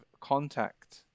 contact